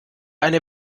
eine